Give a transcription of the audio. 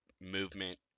movement